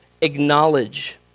acknowledge